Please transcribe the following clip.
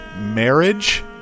Marriage